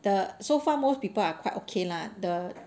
the so far most people are quite okay lah the